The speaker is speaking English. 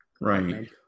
Right